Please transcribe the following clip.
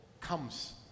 comes